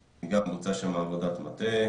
כשהנושא עוד חם מהדיבור האחרון